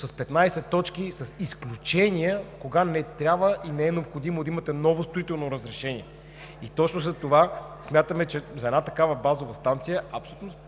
с 15 точки, с изключения – кога не е необходимо да имате ново строително разрешение. Точно затова смятаме, че за една такава базова станция абсолютно,